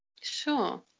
Sure